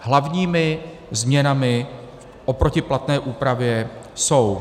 Hlavními změnami oproti platné úpravě jsou: